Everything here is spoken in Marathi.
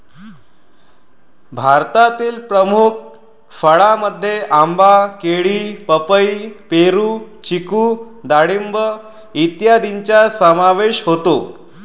भारतातील प्रमुख फळांमध्ये आंबा, केळी, पपई, पेरू, चिकू डाळिंब इत्यादींचा समावेश होतो